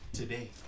today